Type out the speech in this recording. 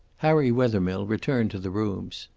harry wethermill returned to the rooms.